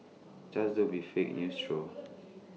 just don't be fake news through